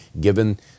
given